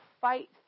fight